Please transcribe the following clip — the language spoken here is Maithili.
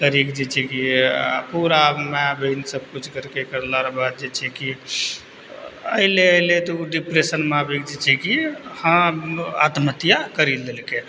करय जे छै कि पूरा माय बहीन सब किछु करिके करलाके बाद जे छै कि अइले अइले तऽ उ डिप्रेशनमे आबिके जे छै कि हँ आत्महत्या करि लेलकइ